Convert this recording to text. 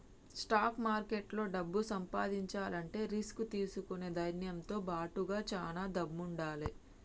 stock మార్కెట్లో డబ్బు సంపాదించాలంటే రిస్క్ తీసుకునే ధైర్నంతో బాటుగా చానా దమ్ముండాలే